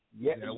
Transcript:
Yes